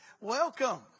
welcome